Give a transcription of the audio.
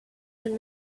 and